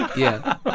but yeah.